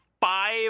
five